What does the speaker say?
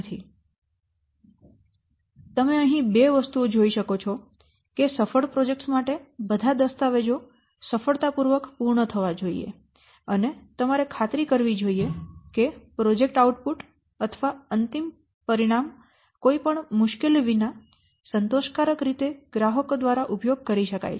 તેથી તમે અહીં બે વસ્તુઓ જોઈ શકો છો કે સફળ પ્રોજેક્ટ્સ માટે બધા દસ્તાવેજો સફળતાપૂર્વક પૂર્ણ થવા જોઈએ અને તમારે ખાતરી કરવી જોઈએ કે પ્રોજેક્ટ આઉટપુટ અથવા અંતિમ પરિણામ કોઈ પણ મુશ્કેલી વિના સંતોષકારક રીતે ગ્રાહકો દ્વારા ઉપયોગ કરી શકાય છે